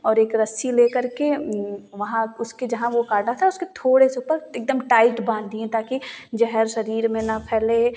और एक रस्सी ले कर के वहाँ उसके जहाँ वह काटा था उसके थोड़े से ऊपर एक दम टाइट बाँध दिए ताकि ज़हर शरीर में ना फैले